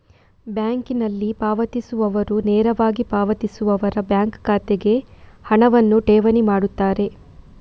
ಬ್ಯಾಂಕಿಂಗಿನಲ್ಲಿ ಪಾವತಿಸುವವರು ನೇರವಾಗಿ ಪಾವತಿಸುವವರ ಬ್ಯಾಂಕ್ ಖಾತೆಗೆ ಹಣವನ್ನು ಠೇವಣಿ ಮಾಡುತ್ತಾರೆ